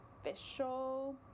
official